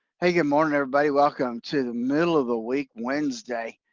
hey, good morning everybody. welcome to the middle of the week, wednesday